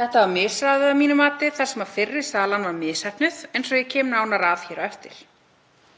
Þetta var misráðið að mínu mati þar sem fyrri salan var misheppnuð, eins og ég kem nánar að hér á eftir.